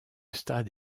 stade